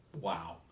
Wow